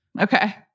Okay